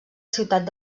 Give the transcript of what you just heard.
ciutat